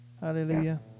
Hallelujah